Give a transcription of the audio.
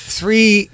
three